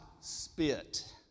spit